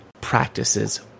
practices